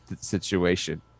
situation